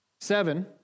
Seven